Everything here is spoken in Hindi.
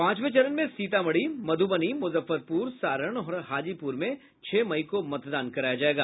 पांचवें चरण में सीतामढ़ी मधुबनी मुजफ्फरपुर सारण और हाजीपुर में छह मई को मतदान कराया जायेगा